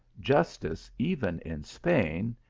justice, even in spain,